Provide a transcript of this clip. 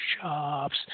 shops